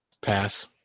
Pass